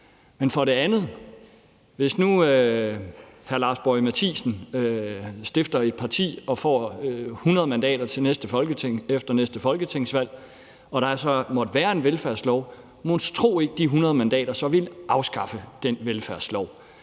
For det andet: Hvis nu hr. Lars Boje Mathiesen stifter et parti og får 100 mandater efter næste folketingsvalg og der så måtte være en velfærdslov, monstro så ikke de 100 mandater ville afskaffe den velfærdslov?